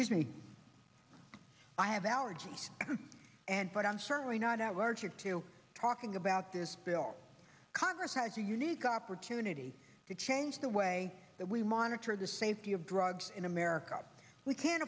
i have allergies and but i'm certainly not at large or to talking about this bill congress has a unique opportunity to change the way that we monitor the safety of drugs in america we can't